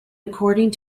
according